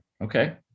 Okay